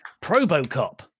Probocop